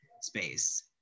space